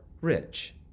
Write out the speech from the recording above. rich